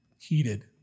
heated